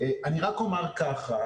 אני רק אומר כך,